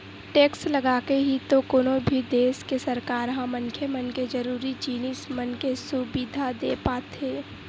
tax लगाके ही तो कोनो भी देस के सरकार ह मनखे मन के जरुरी जिनिस मन के सुबिधा देय पाथे